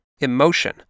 emotion